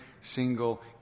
single